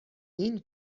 این